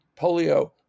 polio